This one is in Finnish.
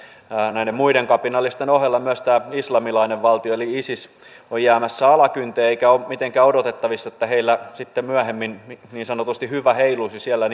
näiden muiden kapinallisten ohella myös islamilainen valtio eli isis on jäämässä alakynteen eikä ole mitenkään odotettavissa että heillä sitten myöhemmin niin sanotusti hyvä heiluisi siellä